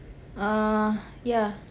uh yeah